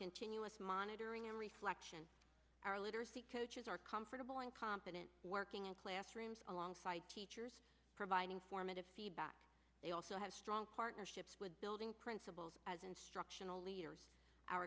continuous monitoring and reflection are literacy coaches are comfortable and competent working in classrooms alongside teachers provide informative feedback they also have strong partnerships with building principals as instructional leaders